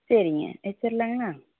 சரிங்க வெச்சிடலாங்களா